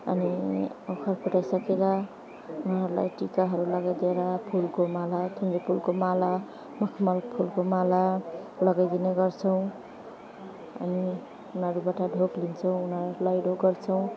अनि ओखर फुटाइसकेर उनीहरूलाई टिकाहरू लगाइदिएर फुलको माला थुङ्गे फुलको माला मखमली फुलको माला लगाइदिने गर्छौँ अनि उनीहरूबाट ढोक लिन्छौँ उनीहरूलाई ढोक गर्छौँ